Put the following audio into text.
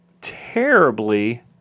terribly